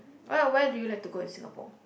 where where do you like to go in Singapore